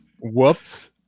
whoops